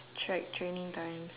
track training times